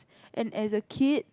and as a kid